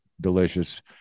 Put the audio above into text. delicious